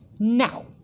Now